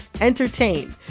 entertain